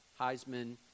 Heisman